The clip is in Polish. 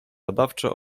badawczo